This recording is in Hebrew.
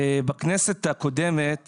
בכנסת הקודמת